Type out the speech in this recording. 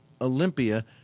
Olympia